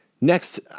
Next